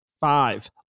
five